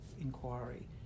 inquiry